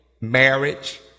marriage